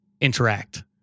interact